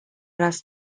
است